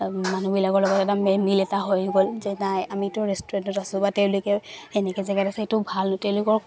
মানুহবিলাকৰ লগত এটা মে মিল এটা হৈ গ'ল যে নাই আমিতো ৰেষ্টুৰেণ্টত আছোঁ বা তেওঁলোকে তেনেকৈ জেগাত আছে এইটো ভাল তেওঁলোকক